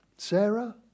Sarah